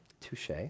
Touche